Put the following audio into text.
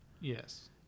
Yes